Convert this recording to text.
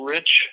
Rich